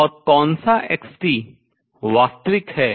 और कौन सा xt वास्तविक है